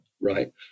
right